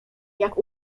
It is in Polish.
jak